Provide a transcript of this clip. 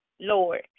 Lord